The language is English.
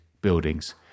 buildings